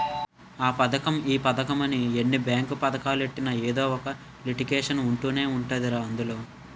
ఆ పదకం ఈ పదకమని ఎన్ని బేంకు పదకాలెట్టినా ఎదో ఒక లిటికేషన్ ఉంటనే ఉంటదిరా అందులో